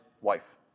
wife